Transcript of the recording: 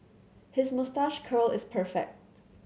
his moustache curl is perfect